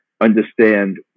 understand